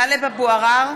(קוראת בשמות חברי הכנסת) טלב אבו עראר,